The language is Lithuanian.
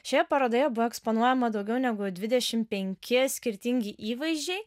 šioje parodoje buvo eksponuojama daugiau negu dvidešim penki skirtingi įvaizdžiai